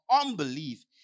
unbelief